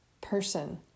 person